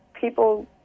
people